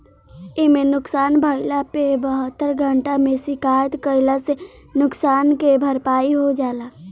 इमे नुकसान भइला पे बहत्तर घंटा में शिकायत कईला से नुकसान के भरपाई हो जाला